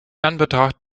anbetracht